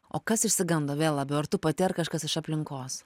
o kas išsigando vėl labiau ar tu pati ar kažkas iš aplinkos